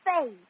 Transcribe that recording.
face